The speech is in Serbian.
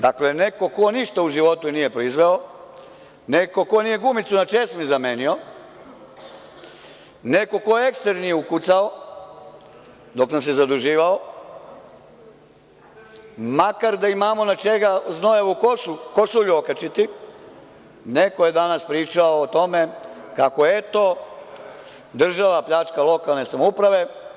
Dakle, neko ko ništa u životu nije proizveo, neko ko nije gumicu na česmi zamenio, neko ko ekser nije ukucao, dok nas je zaduživao, makar da imamo na čega znojavu košulju okačiti, nego je danas pričao o tome kako, eto, država pljačka lokalne samouprave.